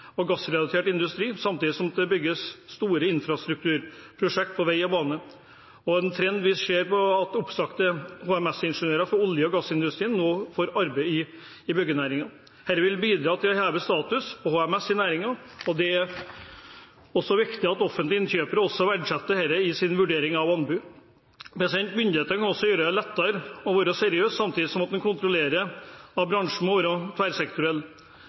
og gassrelatert industri, samtidig som det bygges store infrastrukturprosjekter på vei og bane. En trend vi ser, er at oppsagte HMS-ingeniører fra olje- og gassindustrien nå får arbeid i byggenæringen. Dette vil bidra til en statusheving for HMS i næringen. Det er viktig at offentlige innkjøpere også verdsetter dette i sin vurdering av anbud. Myndighetene kan også gjøre det lettere å være seriøs, samtidig som kontrollen av bransjen må være tverrsektoriell,